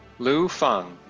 lu feng,